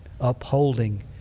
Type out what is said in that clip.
upholding